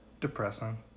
Depressing